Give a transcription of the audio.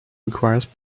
requires